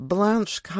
Blanche